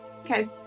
Okay